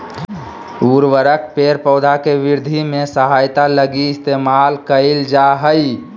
उर्वरक पेड़ पौधा के वृद्धि में सहायता लगी इस्तेमाल कइल जा हइ